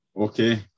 Okay